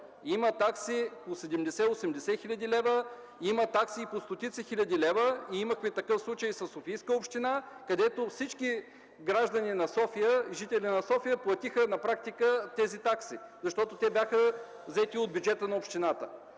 Има такси по 70-80 хил. лв. Има такси и по стотици хиляди лева. Имахме такъв случай със Софийска община, където всички граждани и жители на София на практика платиха тези такси, защото те бяха взети от бюджета на общината.